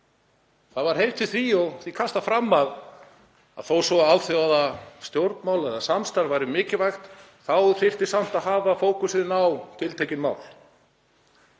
Það var hreyft við því og því kastað fram að þó svo að alþjóðastjórnmál eða -samstarf væri mikilvægt þá þyrfti samt að hafa fókusinn á tiltekin mál.